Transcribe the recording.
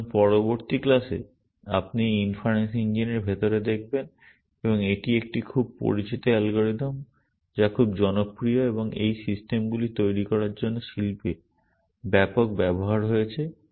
সুতরাং পরবর্তী ক্লাসে আপনি এই ইনফারেন্স ইঞ্জিনের ভিতরে দেখবেন এবং এটি একটি খুব পরিচিত অ্যালগরিদম যা খুব জনপ্রিয় এবং এই সিস্টেমগুলি তৈরি করার জন্য শিল্পে ব্যাপক ব্যবহার হয়েছে